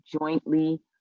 jointly